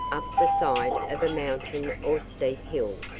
up the side of a mountain or steep hill,